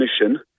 mission